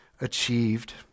achieved